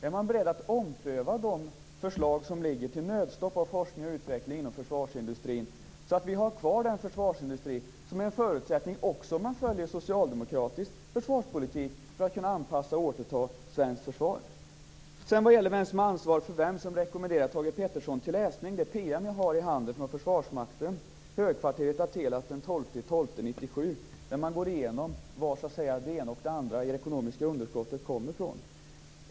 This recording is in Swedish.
Är man beredd att ompröva förslagen om nödstopp av forskning och utveckling inom försvarsindustrin, så att vi får ha kvar den försvarsindustri som är en förutsättning, också om man följer socialdemokratisk försvarspolitik, för att kunna anpassa och återta svenskt försvar? När det gäller vem som har ansvar för vad rekommenderar jag Thage G Peterson till läsning den PM jag har i handen från Försvarsmakten och högkvarteret, daterad den 12 december 1997. Där går man igenom var det ena och det andra i det ekonomiska underskottet så att säga kommer ifrån.